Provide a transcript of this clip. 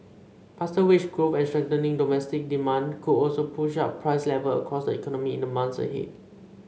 faster wage growth and strengthening domestic demand could also push up price level across the economy in the months ahead